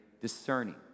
discerning